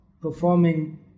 performing